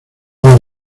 dar